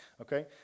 okay